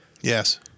Yes